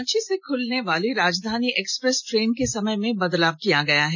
रांची से खुलनेवाली Rajdhani express train के समय में बदलाव किया गया है